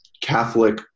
Catholic